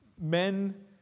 men